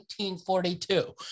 1942